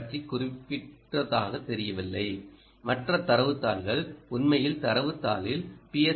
R பற்றி குறிப்பிட்டத்தாகத் தெரியவில்லை மற்ற தரவுத் தாள்கள் உண்மையில் தரவுத் தாளில் பி